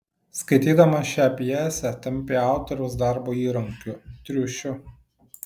skaitydamas šią pjesę tampi autoriaus darbo įrankiu triušiu